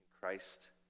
Christ